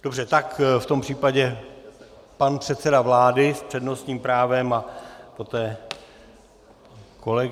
Dobře, v tom případě pan předseda vlády s přednostním právem a poté kolega.